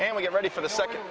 and we get ready for the second